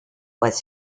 was